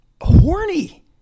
horny